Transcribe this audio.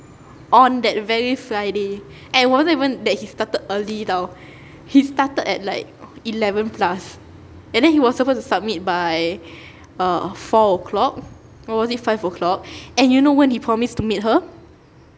on that very friday and it wasn't even that he started early [tau] he started at like eleven plus and then he was supposed to submit by err four o'clock or was it five o'clock and you know when he promised to meet her